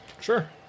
Sure